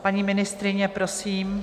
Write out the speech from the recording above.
Paní ministryně, prosím.